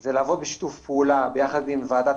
זה לעבוד בשיתוף פעולה ביחד עם ועדת